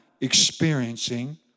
experiencing